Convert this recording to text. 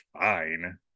Fine